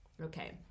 okay